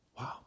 Wow